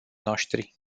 noștri